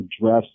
address